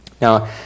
Now